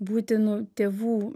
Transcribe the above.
būti nu tėvų